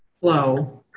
flow